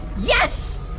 Yes